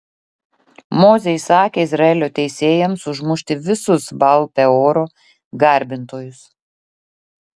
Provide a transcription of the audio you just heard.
mozė įsakė izraelio teisėjams užmušti visus baal peoro garbintojus